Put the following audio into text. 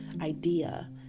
idea